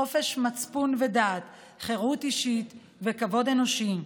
חופש מצפון ודת, חירות אישית וכבוד אנושי,